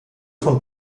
von